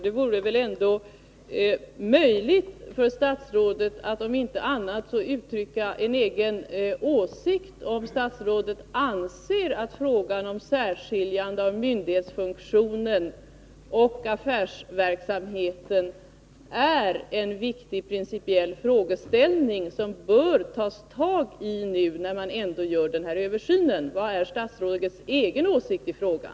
Det vore väl ändå möjligt för statsrådet att om inte annat så dock uttrycka en egen åsikt, om statsrådet anser att ett särskiljande av myndighetsfunktionen och affärsverksamheten är en principiellt viktig fråga som man bör ta tag i nu när man ändå gör en översyn. Vilken är statsrådets åsikt i frågan?